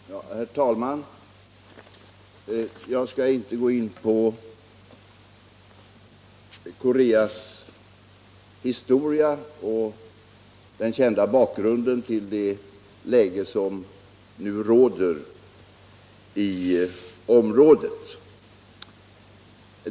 Herr talman! Jag skall inte gå in på Koreas historia och den kända bakgrunden till det läge som nu råder i området.